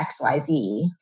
XYZ